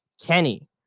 Kenny